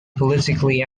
politically